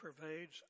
pervades